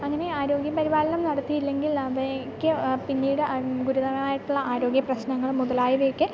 അങ്ങനെ ആരോഗ്യ പരിപാലനം നടത്തിയില്ലെങ്കിൽ അവയ്ക്ക് പിന്നീട് ഗുരുതരമായിട്ടുള്ള ആരോഗ്യ പ്രശ്നങ്ങൾ മുതലായവയൊക്കെ